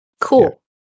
cool